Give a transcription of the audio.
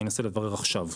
אני אנסה לברר עכשיו.